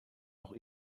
auch